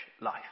life